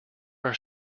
are